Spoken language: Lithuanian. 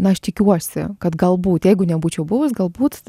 na aš tikiuosi kad galbūt jeigu nebūčiau buvus galbūt